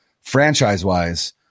franchise-wise